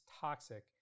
toxic